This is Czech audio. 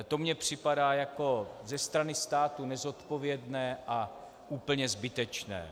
To mi připadá ze strany státu nezodpovědné a úplně zbytečné.